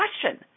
question